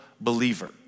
believer